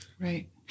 Right